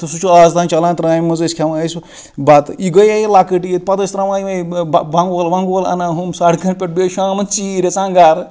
تہٕ سُہ چھُ آز تام چَلان ترٛامہِ منٛز ٲسۍ کھیٚوان بَتہٕ تہِ یہٕ گٔیے لَکٕٹۍ عیٖد پتہٕ ٲسۍ ترٛاوان یِمٕے بَنگول وَنٛگول اَنان ہُم سَڑکَن پٮ۪ٹھ بیٚیہِ شامَن ژیٖرۍ اَژان گَرٕ